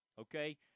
Okay